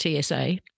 TSA